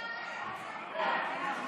להשכלה גבוהה מחוץ